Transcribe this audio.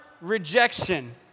rejection